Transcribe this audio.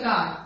God